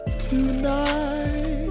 tonight